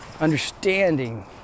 understanding